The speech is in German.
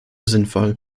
sinnvoll